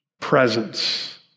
presence